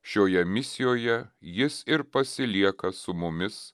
šioje misijoje jis ir pasilieka su mumis